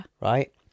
right